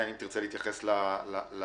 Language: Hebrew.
כל